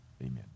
Amen